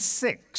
six